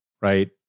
right